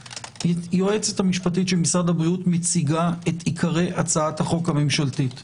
היועצת המשפטית של משרד הבריאות מציגה את עיקרי הצעת החוק הממשלית.